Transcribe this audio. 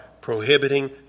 prohibiting